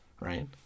right